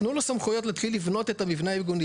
תנו לו סמכויות להתחיל לבנות את המבנה הארגוני